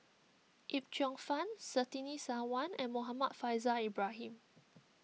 Yip Cheong Fun Surtini Sarwan and Muhammad Faishal Ibrahim